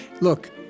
Look